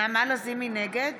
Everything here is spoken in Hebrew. נגד